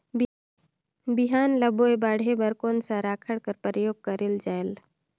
बिहान ल बोये बाढे बर कोन सा राखड कर प्रयोग करले जायेल?